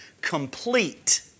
complete